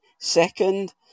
second